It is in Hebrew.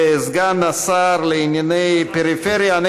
לסגן השר לענייני פריפריה,